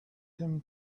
him